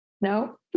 No